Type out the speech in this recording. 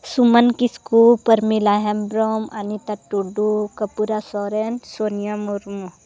Suman Kisku Promila Hembrom Anita Tudu Kapura Soren Sonia Murmu